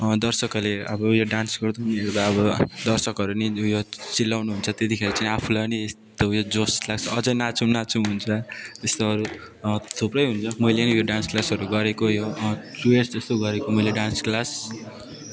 दर्शकहरूले अब उयो डान्स अब दर्शकहरू नै उयो चिल्लाउनु हुन्छ त्यतिखेर चाहिँ आफूलाई पनि यस्तो उयो जोस लाग्छ अझ नाचौँ नाचौँ हुन्छ यस्तोहरू थुप्रै हुन्छ मैले नि यो डान्स क्लासहरू गरेकै हो टु इयर्स जस्तो गरेको मैले डान्स क्लास